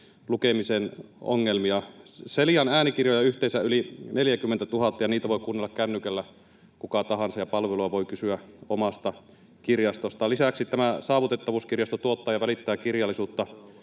lukemisen ongelmia. Celian äänikirjoja on yhteensä yli 40 000, ja niitä voi kuunnella kännykällä kuka tahansa, ja palvelua voi kysyä omasta kirjastosta. Lisäksi tämä saavutettavuuskirjasto tuottaa ja välittää kirjallisuutta